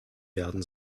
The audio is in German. werden